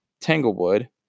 tanglewood